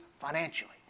financially